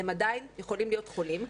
הם עדיין יכולים להיות חולים,